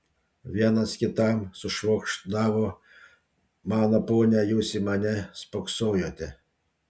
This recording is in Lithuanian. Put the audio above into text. vienas kitam sušvokšdavo mano pone jūs į mane spoksojote